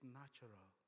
natural